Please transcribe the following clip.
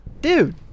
Dude